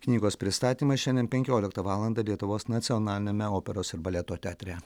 knygos pristatymas šiandien penkioliktą valandą lietuvos nacionaliniame operos ir baleto teatre